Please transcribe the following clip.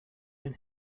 been